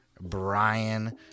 brian